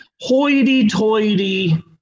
hoity-toity